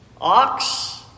ox